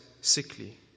sickly